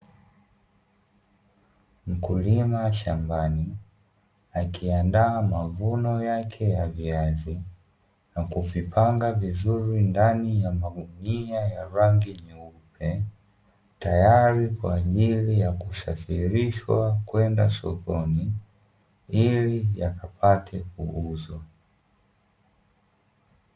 Mkulima shambani akiandaa mavuno yake ya viazi, na kuvipanga vizuri ndani ya magunia ya rangi nyeupe, tayari kwa ajili ya kusafirishwa kwenda sokoni ili yakapate kuuzwa.